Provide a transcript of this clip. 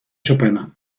chopina